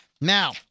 Now